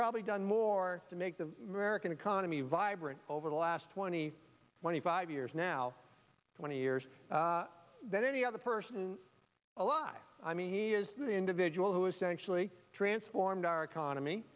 probably done more to make the american economy vibrant over the last twenty twenty five years now twenty years than any other person alive i mean he is the individual who essentially transformed our economy